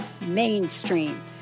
mainstream